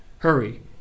Hurry